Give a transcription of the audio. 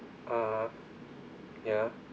uh ya